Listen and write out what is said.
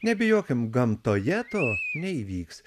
nebijokim gamtoje to neįvyks